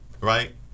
right